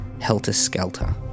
helter-skelter